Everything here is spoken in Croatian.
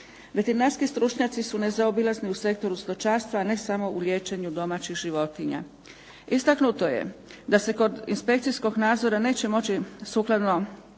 Veterinarski stručnjaci su nezaobilazni u sektoru stočarstva ne samo u liječenju domaćih životinja. Istaknuto je da se kod inspekcijskog nadzora neće moći postupati